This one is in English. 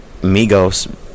Migos